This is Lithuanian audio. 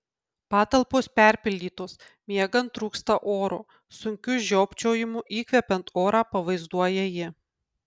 patalpos perpildytos miegant trūksta oro sunkiu žiopčiojimu įkvepiant orą pavaizduoja ji